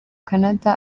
canada